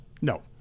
No